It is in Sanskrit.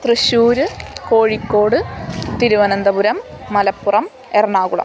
त्रिश्शूर् कोरिकोड् तिरुवनन्तपुरं मलप्पुरम् एर्नाकुळ